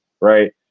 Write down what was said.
right